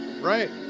right